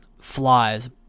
flies